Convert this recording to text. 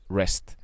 rest